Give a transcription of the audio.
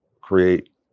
create